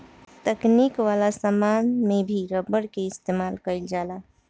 तकनीक वाला समान में भी रबर के इस्तमाल कईल जाता